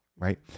Right